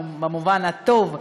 במובן הטוב,